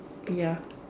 ya